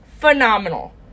phenomenal